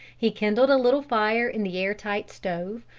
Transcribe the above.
he kindled a little fire in the air-tight stove,